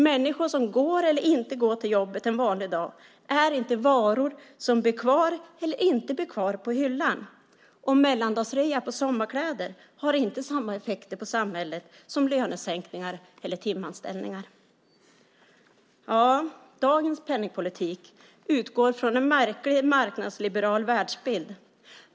Människor som går eller inte går till jobbet en vanlig dag är inte varor som blir kvar eller inte blir kvar på hyllan. Och mellandagsrea på sommarkläder har inte samma effekter på samhället som lönesänkningar eller timanställningar. Dagens penningpolitik utgår från en märklig marknadsliberal världsbild.